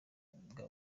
bwa